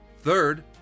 Third